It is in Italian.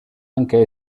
anche